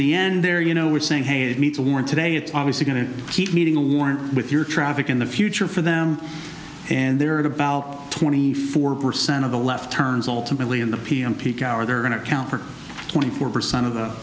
the end there you know we're saying hey need to work today it's obviously going to keep meeting a warrant with your traffic in the future for them and they're at about twenty four percent of the left turns ultimately in the pm peak hour they're going to account for twenty four percent of the